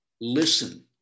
listen